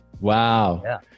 Wow